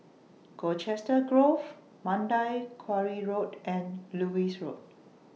Colchester Grove Mandai Quarry Road and Lewis Road